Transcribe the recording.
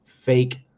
Fake